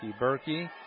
Berkey